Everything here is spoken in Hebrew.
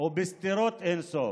ובסתירות אין-סוף.